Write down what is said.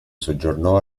soggiornò